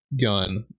gun